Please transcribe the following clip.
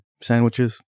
sandwiches